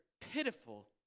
pitiful